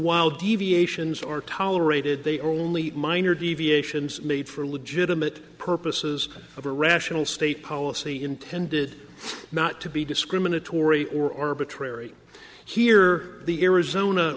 while deviations are tolerated they only minor deviations made for legitimate purposes of a rational state policy intended not to be discriminatory or arbitrary here the arizona